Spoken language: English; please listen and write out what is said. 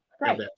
right